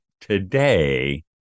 today